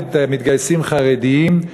נגד מתגייסים חרדים,